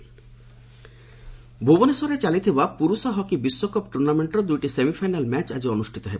hockey ଭୁବନେଶ୍ୱରରେ ଚାଲିଥିବା ପୁରୁଷ ହକି ବିଶ୍ୱକପ୍ ଟୁର୍ଣ୍ଣାମେଣ୍ଟ୍ର ଦୁଇଟି ସେମିଫାଇନାଲ୍ ମ୍ୟାଚ୍ ଆଜି ଅନୁଷ୍ଠିତ ହେବ